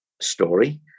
story